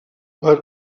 per